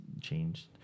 changed